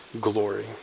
glory